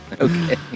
Okay